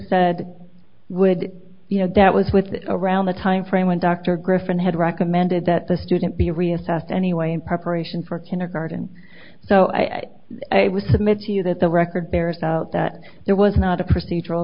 said would you know that was with around the time frame when dr griffin had recommended that the student be reassessed anyway in preparation for kindergarten so i would submit to you that the record bears out that there was not a procedural